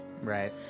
Right